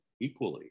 equally